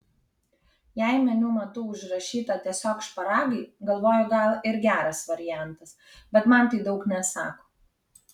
jei meniu matau užrašyta tiesiog šparagai galvoju gal ir geras variantas bet man tai daug nesako